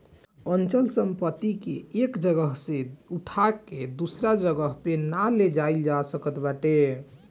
अचल संपत्ति के एक जगह से उठा के दूसरा जगही पे ना ले जाईल जा सकत बाटे